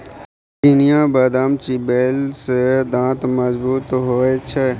चिनियाबदाम चिबेले सँ दांत मजगूत होए छै